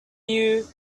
you